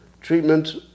treatment